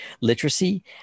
literacy